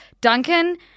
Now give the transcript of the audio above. Duncan